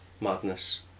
madness